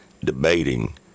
debating